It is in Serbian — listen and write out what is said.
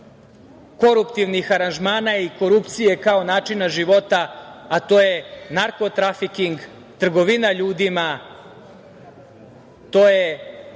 koruptivnih aranžmana i korupcije kao načina života, a to je narko-trafiking, trgovina ljudima, to su